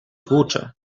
tłucze